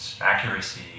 accuracy